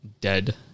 dead